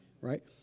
right